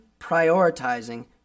prioritizing